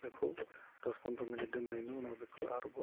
बेखौ दस फनद्र मिनिट दोन्नायल' उनाव बेखौ आरोबाव